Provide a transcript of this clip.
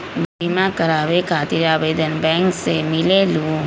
बिमा कराबे खातीर आवेदन बैंक से मिलेलु?